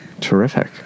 Terrific